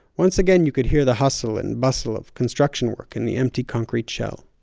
once again, you could hear the hustle and bustle of construction work in the empty concrete shell.